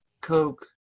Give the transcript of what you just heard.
coke